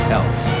else